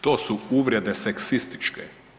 To su uvrede seksističke.